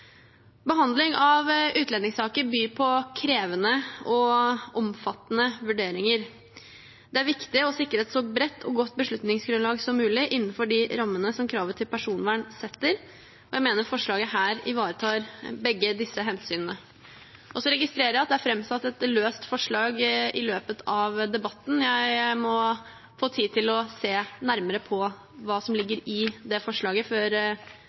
Behandling av utlendingssaker byr på krevende og omfattende vurderinger. Det er viktig å sikre et så bredt og godt beslutningsgrunnlag som mulig innenfor de rammene som kravet til personvern setter. Jeg mener forslaget ivaretar begge disse hensynene. Så registrerer jeg at det er framsatt et løst forslag i løpet av debatten. Jeg må få tid til å se nærmere på hva som ligger i det forslaget før